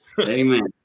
amen